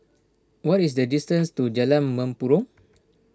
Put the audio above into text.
what is the distance to Jalan Mempurong